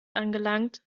angelangt